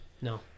no